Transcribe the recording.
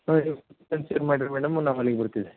share ಮಾಡಿರಿ madam ನಾವು ಅಲ್ಲಿಗೆ ಬರ್ತೀವಿ